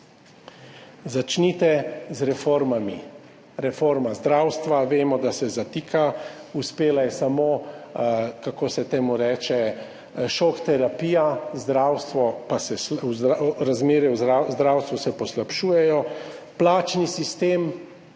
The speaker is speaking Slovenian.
začnite z reformami. Reforma zdravstva vemo, da se zatika, uspela je samo – kako se temu reče? – šok terapija, razmere v zdravstvu pa se poslabšujejo. Plačni sistem